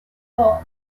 paul